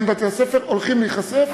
בין בתי-הספר הולכים להיחשף,